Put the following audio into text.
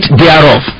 thereof